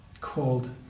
called